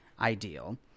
ideal